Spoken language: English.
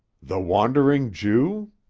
the wandering jew?